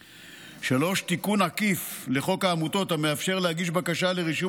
3. תיקון עקיף לחוק העמותות המאפשר להגיש בקשה לרישום